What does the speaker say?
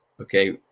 Okay